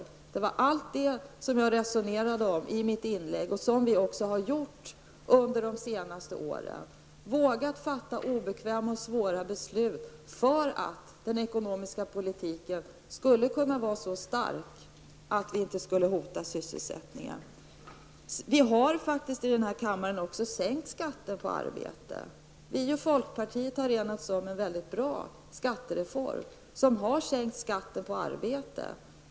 Jag resonerade om allt detta i mitt tidigare inlägg, och det är detta som vi också har gjort under de senaste åren: Vi har vågat fatta obekväma och svåra beslut för att den ekonomiska politiken skulle kunna vara så stark att sysselsättningen inte skulle hotas. Vi har faktiskt också i den här kammaren sänkt skatten på arbete. Vi och folkpartiet har enats om en mycket bra skattereform, som alltså har sänkt skatten på arbete.